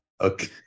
okay